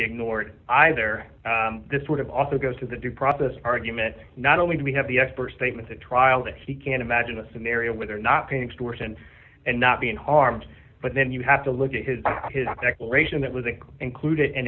ignored either this sort of also goes to the due process argument not only do we have the expert statements at trial that he can imagine a scenario where they're not going stewart and and not being harmed but then you have to look at his back his act declaration that was a included and